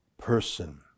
person